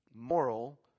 Moral